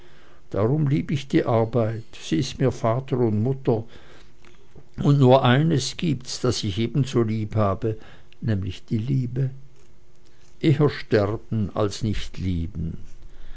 darum lieb ich die arbeit sie ist mir vater und mutter und nur eines gibt's das ich ebenso liebhabe nämlich die liebe eher sterben als nicht lieben